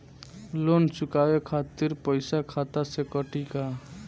Loan चुकावे खातिर पईसा खाता से कटी का?